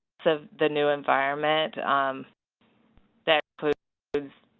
so the new environment that puts